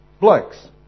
Blokes